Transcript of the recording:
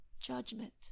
judgment